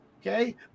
Okay